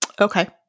Okay